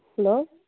hello